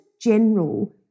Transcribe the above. general